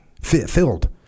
filled